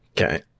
Okay